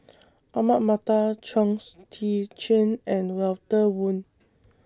Ahmad Mattar Chong's Tze Chien and Walter Woon